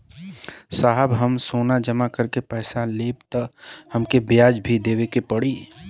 साहब हम सोना जमा करके पैसा लेब त हमके ब्याज भी देवे के पड़ी?